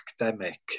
academic